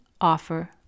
offer